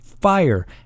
fire